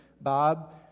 Bob